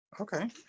Okay